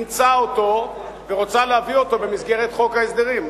אימצה אותו ורוצה להביא אותו במסגרת חוק ההסדרים.